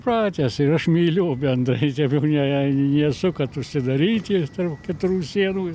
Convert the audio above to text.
pratęs ir aš myliu bendrai taip jau ne nesu kad užsidaryti tarp keturių sienų